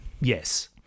Yes